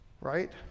Right